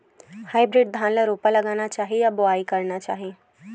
Hybrid धान ल रोपा लगाना चाही या बोआई करना चाही?